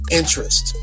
interest